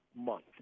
Month